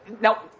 Now